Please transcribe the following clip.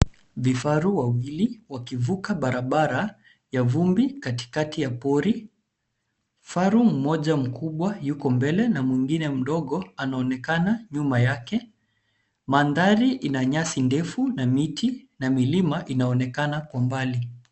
Vifaru wawili wakivuka barabara ya vumbi katikati ya pori. Faru mmoja mkubwa yuko mbele na mwingine mdogo anaonekana nyuma yake. Mandhari inanyasi ndefu na miti na milima inaonekana kwa mbali.